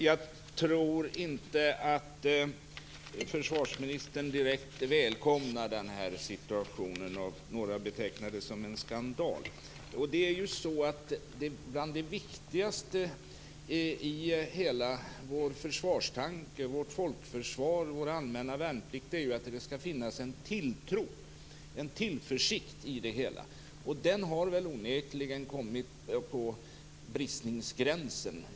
Tack fru talman! Jag tror inte att försvarsministern direkt välkomnar den här situationen. Några betecknar den som en skandal. Bland det viktigaste i hela vår försvarstanke, vårt folkförsvar och vår allmänna värnplikt är ju att det skall finnas en tilltro och tillförsikt i det hela. Den har väl onekligen hamnat på bristningsgränsen.